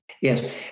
Yes